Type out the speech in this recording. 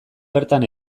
bertan